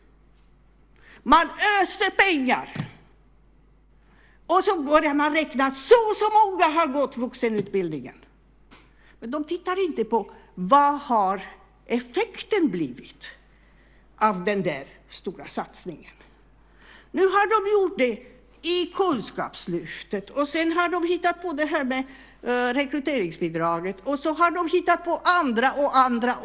Man öser ut pengar, och så börjar man räkna: Så och så många har gått vuxenutbildningen! Men man tittar inte på detta: Vad har effekten blivit av den där stora satsningen? Nu har man gjort det i Kunskapslyftet, och sedan har de hittat på det här med rekryteringsbidraget, och sedan har de hittat på mycket annat.